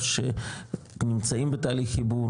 או שנמצאים בתהליך חיבור,